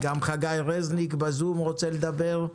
גם חגי רזניק בזום רוצה לדבר,